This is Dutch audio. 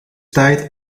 tijd